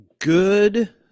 Good